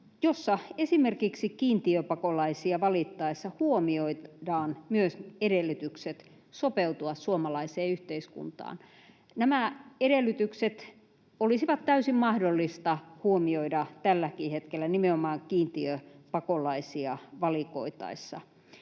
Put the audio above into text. jossa esimerkiksi kiintiöpakolaisia valittaessa huomioidaan myös edellytykset sopeutua suomalaiseen yhteiskuntaan. Nämä edellytykset olisi täysin mahdollista huomioida tälläkin hetkellä nimenomaan kiintiöpakolaisia valikoitaessa.